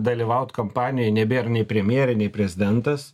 dalyvaut kampanijoj nebėra nei premjerė nei prezidentas